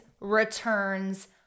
returns